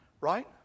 right